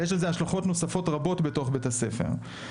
ויש לזה השלכות נוספות רבות בתוך בית הספר.